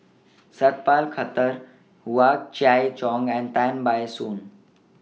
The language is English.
Sat Pal Khattar Hua Chai Yong and Tan Ban Soon